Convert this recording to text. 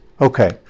Okay